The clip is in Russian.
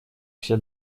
все